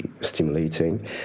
stimulating